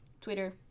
Twitter